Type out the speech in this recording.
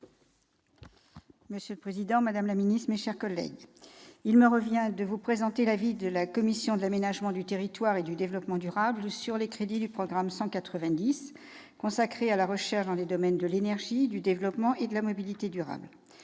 Monsieur le président, madame la ministre, mes chers collègues, il me revient de vous présenter l'avis de la commission de l'aménagement du territoire et du développement durable sur les crédits du programme 190, consacré à la recherche dans les domaines de l'énergie, du développement et de la mobilité durables.